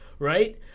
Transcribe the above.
Right